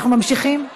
אנחנו ממשיכים.